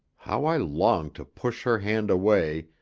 how i longed to push her hand away,